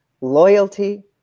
loyalty